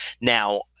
Now